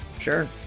sure